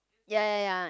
ya ya ya